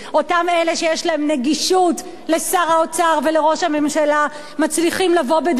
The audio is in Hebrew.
אותם אלה שיש להם גישה לשר האוצר ולראש הממשלה מצליחים לבוא בדברים,